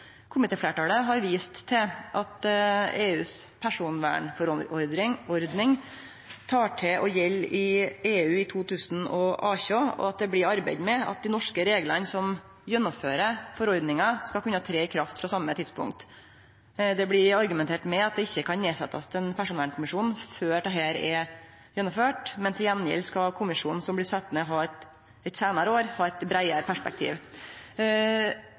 har vist til at EUs personvernforordning tek til å gjelde i EU i 2018, og at det blir arbeidd med at dei norske reglane som gjennomfører forordninga, skal kunne tre i kraft frå same tidspunkt. Det blir argumentert med at det ikkje kan setjast ned ein personvernkommisjon før dette er gjennomført, men til gjengjeld skal kommisjonen som blir sett ned eit seinare år, ha eit breiare perspektiv.